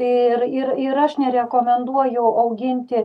ir ir ir aš nerekomenduoju auginti